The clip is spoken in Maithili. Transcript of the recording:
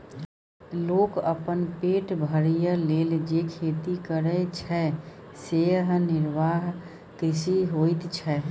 लोक अपन पेट भरय लेल जे खेती करय छै सेएह निर्वाह कृषि होइत छै